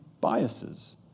biases